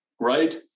Right